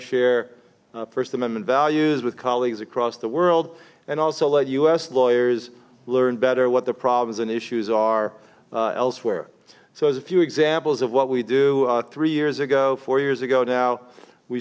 share first amendment values with colleagues across the world and also let us lawyers learn better what the problems and issues are elsewhere so as a few examples of what we do three years ago four years ago now we